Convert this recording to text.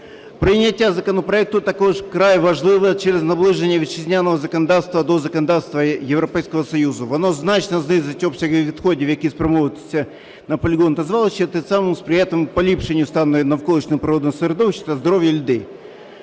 Прийняття законопроекту також вкрай важливе через наближення вітчизняного законодавства до законодавства Європейського Союзу. Воно значно знизить обсяги відходів, які спрямовуватимуться на полігон та звалища, тим самим сприятиме поліпшенню стану навколишнього природного середовища та здоров'я людей.